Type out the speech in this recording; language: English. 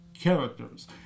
characters